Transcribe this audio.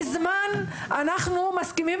מזמן אנחנו מסכימים,